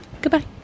goodbye